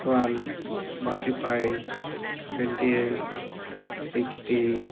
twelve forty five twenty eight sixty